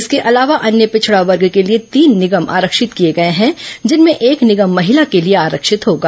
इसके अलावा अन्य पिछड़ा वर्ग के लिए तीन निगम आरक्षित किए गए हैं जिनमें एक निगम महिला के लिए आरक्षित होगा